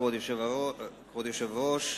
כבוד היושב-ראש,